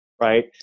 right